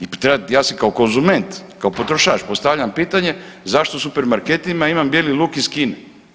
I treba, ja se kao konzument, kao potrošač postavljam pitanje zašto u supermarketima imam bijeli luk iz Kine?